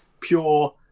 pure